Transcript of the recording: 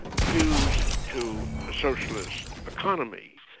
fused to a socialist economy.